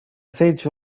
siege